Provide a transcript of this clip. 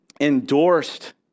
endorsed